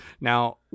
Now